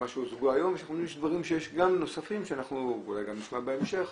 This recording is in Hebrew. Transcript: אנחנו יודעים שיש דברים, שאולי גם נשמע בהמשך,